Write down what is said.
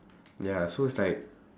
ya so it's like